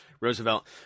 Roosevelt